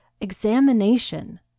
examination